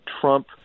Trump